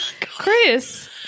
Chris